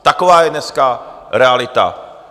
Taková je dneska realita!